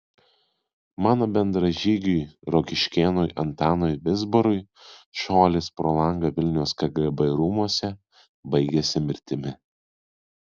mano bendražygiui rokiškėnui antanui vizbarui šuolis pro langą vilniaus kgb rūmuose baigėsi mirtimi